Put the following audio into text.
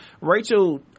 Rachel